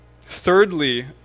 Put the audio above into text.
Thirdly